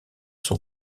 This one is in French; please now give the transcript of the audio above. sont